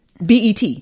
BET